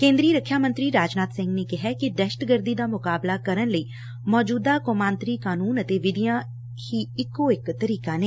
ਕੇਂਦਰੀ ਰੱਖਿਆ ਮੰਤਰੀ ਰਾਜਨਾਥ ਸਿੰਘ ਨੇ ਕਿਹੈ ਕਿ ਦਹਿਸ਼ਤਗਰਦੀ ਦਾ ਮੁਕਾਬਲਾ ਕਰਨ ਲਈ ਮੌਜੂਦਾ ਕੌਮਾਂਤਰੀ ਕਾਨੂੰਨ ਅਤੇ ਵਿਧੀਆਂ ਹੀ ਇਕੋ ਇਕ ਤਰੀਕਾ ਨੇ